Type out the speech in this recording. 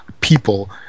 people